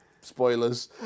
Spoilers